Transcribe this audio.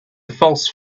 false